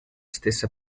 stessa